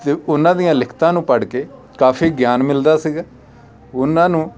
ਅਤੇ ਉਹਨਾਂ ਦੀਆਂ ਲਿਖਤਾਂ ਨੂੰ ਪੜ੍ਹ ਕੇ ਕਾਫੀ ਗਿਆਨ ਮਿਲਦਾ ਸੀਗਾ ਉਹਨਾਂ ਨੂੰ